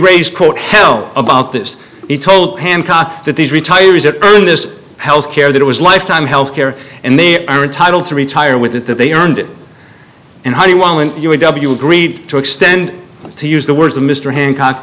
raised quote hell about this he told hancock that these retirees that earn this health care that it was lifetime health care and they are entitled to retire with it that they earned it and how do you while an u a w agreed to extend to use the words of mr hancock